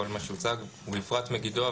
כל מה שהוצג ובפרט מגידו,